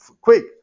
quick